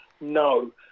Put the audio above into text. No